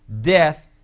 death